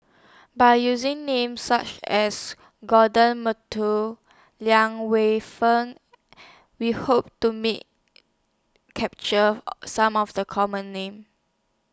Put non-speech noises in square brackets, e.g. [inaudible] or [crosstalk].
By using Names such as Gordon [unintelligible] Liang Weifun We Hope to Me capture [noise] Some of The Common Names